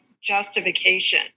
justification